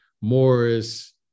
Morris